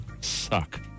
Suck